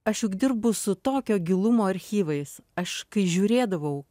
aš juk dirbu su tokio gilumo archyvais aš žiūrėdavau